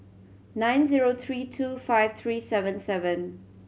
nine zero three two five three seven seven